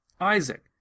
Isaac